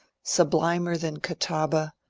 sublimer than catawba,